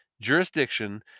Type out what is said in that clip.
jurisdiction